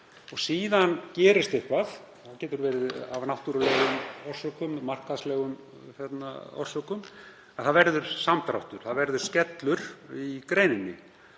Síðan gerist eitthvað. Það getur verið af náttúrulegum orsökum, markaðslegum orsökum, og það verður samdráttur, verður skellur í greininni.